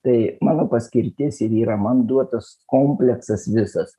tai mano paskirtis ir yra man duotas kompleksas visas